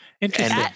Interesting